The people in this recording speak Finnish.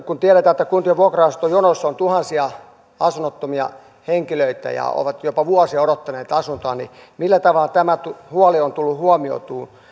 kun tiedetään että kuntien vuokra asuntojonoissa on tuhansia asunnottomia henkilöitä jotka ovat jopa vuosia odottaneet asuntoa niin millä tavalla tämä huoli on tullut huomioitua